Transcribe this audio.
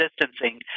distancing